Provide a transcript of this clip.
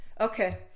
Okay